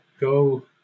go